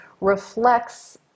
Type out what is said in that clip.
reflects